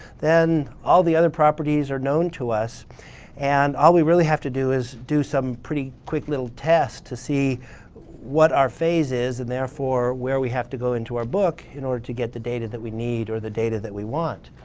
then all the other properties are known to us and all we really have to do is do some pretty quick little test to see what our phase is and, therefore, where we have to go into our book in order to get the data that we need or the data that we want.